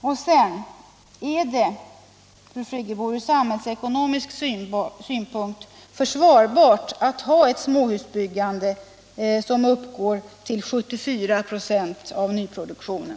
Och är det, fru Friggebo, ur samhällsekonomisk synpunkt försvarbart med ett småhusbyggande som uppgår till 75 96 av nyproduktionen?